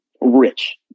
rich